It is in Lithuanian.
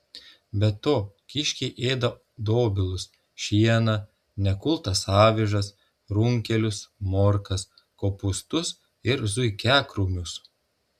be to kiškiai ėda dobilus šieną nekultas avižas runkelius morkas kopūstus ir zuikiakrūmius